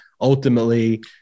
Ultimately